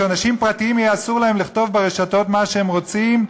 שלאנשים פרטיים יהיה אסור לכתוב ברשתות מה שהם רוצים,